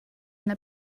the